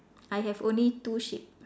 I have only two sheep